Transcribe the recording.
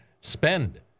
spend